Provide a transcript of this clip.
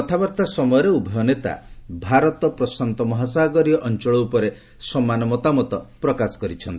କଥାବାର୍ତ୍ତା ସମୟରେ ଉଭୟ ନେତା ଭାରତ ପ୍ରଶାନ୍ତ ମହାସାଗରୀୟ ଅଞ୍ଚଳ ୁପରେ ସମାନ ମତାମତ ପ୍ରକାଶ କରିଥିଲେ